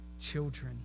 children